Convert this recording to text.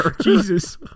Jesus